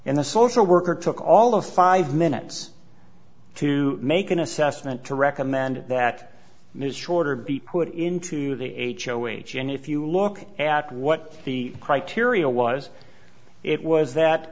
the social worker took all of five minutes to make an assessment to recommend that ms shorter be put into the h o age and if you look at what the criteria was it was that